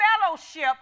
fellowship